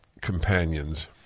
companions